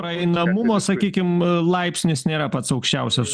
praeinamumo sakykime laipsnis nėra pats aukščiausias